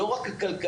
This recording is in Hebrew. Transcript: ולא רק הכלכלי,